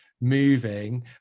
moving